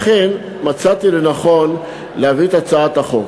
לכן מצאתי לנכון להביא את הצעת החוק.